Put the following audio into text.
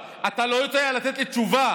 חבריי, אני רוצה להציג בפניכם את החלטת הממשלה